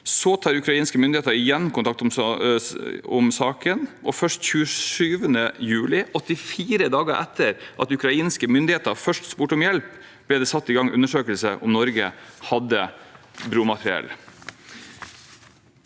Så tar ukrainske myndigheter igjen kontakt om saken. Først 27. juli, 84 dager etter at ukrainske myndigheter først spurte om hjelp, ble det satt i gang undersøkelse av om Norge hadde bromateriell.